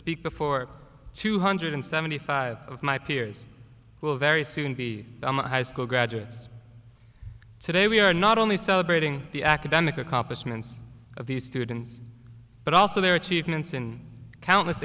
speak before two hundred seventy five of my peers will very soon be high school graduates today we are not only celebrating the academic accomplishments of these students but also their achievements in countless